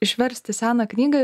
išversti seną knygą